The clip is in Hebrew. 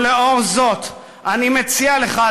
ולאור זאת אני מציע לך,